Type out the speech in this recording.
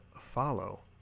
follow